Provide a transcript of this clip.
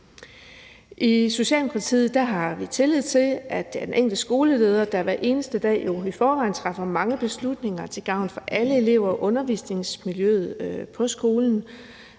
I Socialdemokratiet har vi tillid til, at det ansvar ligger hos den enkelte skoleleder, der i forvejen hver eneste dag træffer mange beslutninger til gavn for alle elever og undervisningsmiljøet på skolen